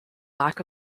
lack